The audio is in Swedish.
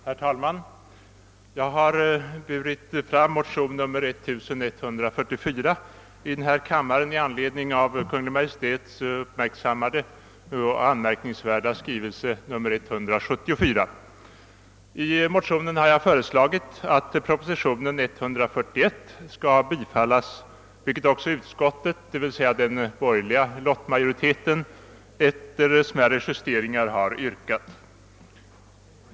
Herr talman! Jag har framburit motion nr 1144 i denna kammare i anled I motionen har jag föreslagit att proposition nr 141 skall bifallas, vilket också utskottet, d. v. s. den borgerliga lottmajoriteten, efter smärre justeringar har yrkat.